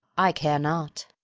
i care not.